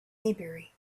maybury